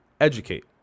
educate